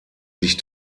sich